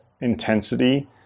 intensity